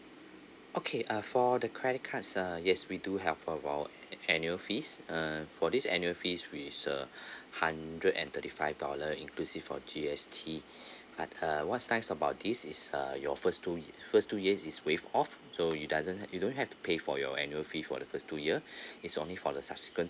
okay uh for the credit cards uh yes we do have of our annual fees uh for this annual fees which is uh hundred and thirty five dollar inclusive of G_S_T but uh what's nice about this is uh your first two years first two years is waived off so it doesn't you don't have to pay for your annual fee for the first two year is only for the subsequent